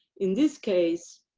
in this case,